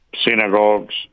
synagogues